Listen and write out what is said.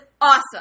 awesome